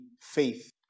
faith